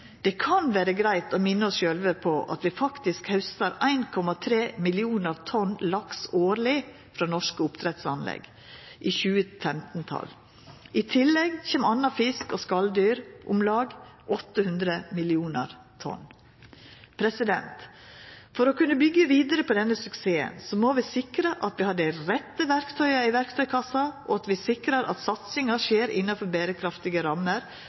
Det kan vera greitt å minna oss sjølve om at vi faktisk haustar 1,3 millionar tonn laks årleg frå norske oppdrettsanlegg, i 2015-tal. I tillegg kjem andre fisk og skaldyr, på om lag 800 millionar tonn. For å kunna byggja vidare på denne suksessen må vi sikra at vi har dei rette verktøya i verktøykassa, og at satsinga skjer innanfor berekraftige rammer